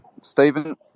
Stephen